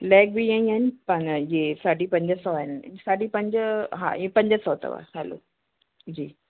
leg बि ईअं ई आहिनि पंहिंजा जे साढी पंज सौ आहिनि साढी पंज हा हे पंज सौ अथव हलो जी